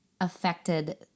affected